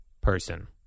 person